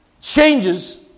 changes